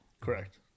correct